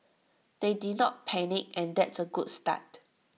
they did not panic and that's A good start